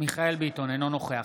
מיכאל מרדכי ביטון,